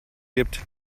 gibt